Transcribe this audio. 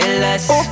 less